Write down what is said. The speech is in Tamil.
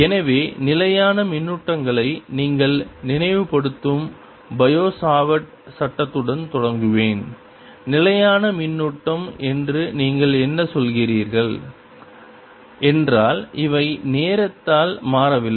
எனவே நிலையான மின்னூட்டங்களை நீங்கள் நினைவுபடுத்தும் பயோ சாவர்ட் சட்டத்துடன் தொடங்குவேன் நிலையான மின்னூட்டம் என்று நீங்கள் என்ன சொல்கிறீர்கள் என்றால் இவை நேரத்தால் மாறவில்லை